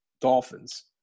Dolphins